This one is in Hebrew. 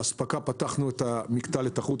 באספקה פתחנו את המקטע לתחרות,